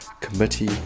committee